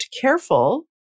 careful